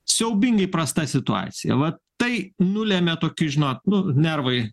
siaubingai prasta situacija va tai nulemia tokius žinot nu nervai